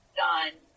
done